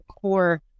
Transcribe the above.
core